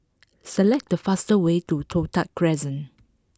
select the fastest way to Toh Tuck Crescent